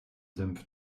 senf